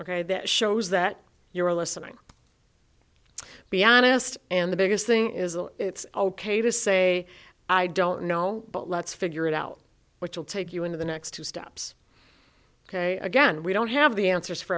ok that shows that you're listening be honest and the biggest thing is that it's ok to say i don't know but let's figure it out which will take you into the next two steps ok again we don't have the answers for